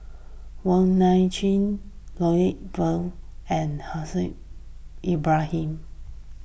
Wong Nai Chin Lloyd Valberg and Haslir Bin Ibrahim